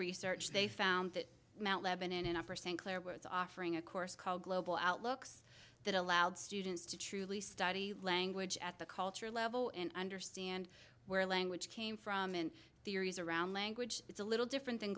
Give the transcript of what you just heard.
research they found that mount lebanon after sinclair was offering a course called global outlooks that allowed students to truly study language at the cultural level and understand where language came from and theories around language it's a little different than